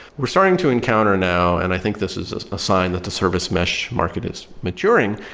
we're starting to encounter now, and i think this is is a sign that the service mesh market is maturing.